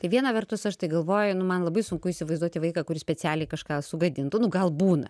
tai viena vertus aš tai galvoju nu man labai sunku įsivaizduoti vaiką kuris specialiai kažką sugadintų nu gal būna